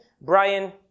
Brian